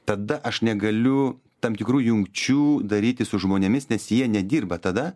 tada aš negaliu tam tikrų jungčių daryti su žmonėmis nes jie nedirba tada